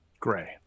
Gray